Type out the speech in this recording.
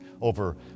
over